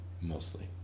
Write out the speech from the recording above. mostly